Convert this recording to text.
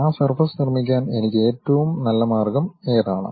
ആ സർഫസ് നിർമ്മിക്കാൻ എനിക്ക് ഏറ്റവും നല്ല മാർഗം ഏതാണ്